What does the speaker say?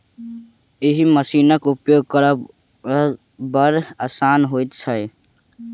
एहि मशीनक उपयोग करब बड़ आसान होइत छै